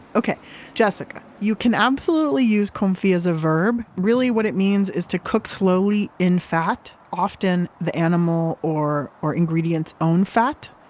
jessica, you can absolutely use confit as a verb. really, what it means is to cook slowly in fat, often the animal or or ingredient's own fat,